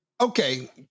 Okay